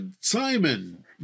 Simon